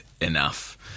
enough